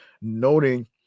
noting